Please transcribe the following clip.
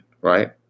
right